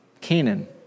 Canaan